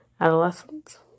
adolescents